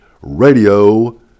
Radio